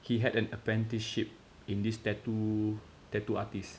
he had an apprenticeship in this tattoo tattoo artist